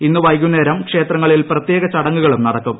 ഇന്ന് വൈകുന്നേരം ക്ഷേത്രങ്ങളിൽ പ്രത്യേക നടക്കും